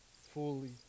fully